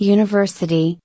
University